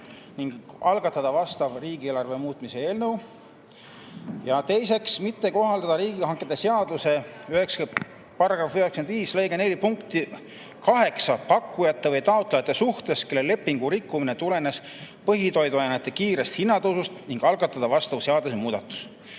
ning algatada vastav riigieelarve muutmise eelnõu. 2. Mitte kohaldada Riigihangete seaduse § 95 lõige 4 punkti 8 pakkujate või taotlejate suhtes, kelle lepingu rikkumine tulenes põhitoiduainete kiirest hinnatõustust ning algatada vastav seadusemuudatus."